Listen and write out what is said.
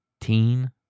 Teen